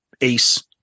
ace